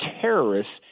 terrorists